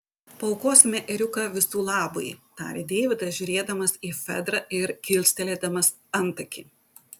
paaukosime ėriuką visų labui tarė deividas žiūrėdamas į fedrą ir kilstelėdamas antakį